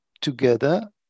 together